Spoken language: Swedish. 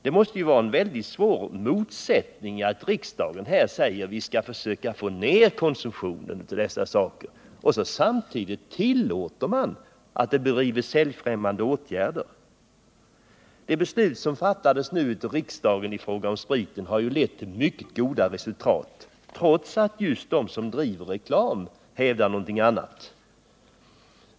Det ligger en stor motsättning i att riksdagen här säger att vi måste försöka bringa ner konsumtionen av dessa varor och att man samtidigt tillåter säljfrämjande åtgärder för att saluföra dem. De beslut i fråga om spriten som senast fattades av riksdagen har lett till mycket goda resultat trots att just de som driver reklam för den hävdar någonting annat.